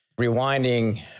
rewinding